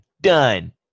done